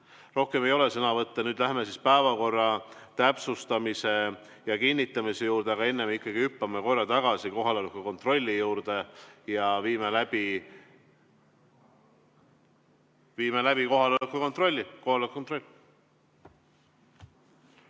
Rohkem ei ole sõnavõtusoove. Nüüd läheme päevakorra täpsustamise ja kinnitamise juurde, aga enne hüppame siiski korra tagasi kohaloleku kontrolli juurde ja viime läbi kohaloleku kontrolli.